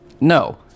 No